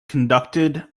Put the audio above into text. conducted